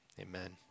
amen